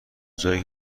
جایی